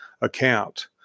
account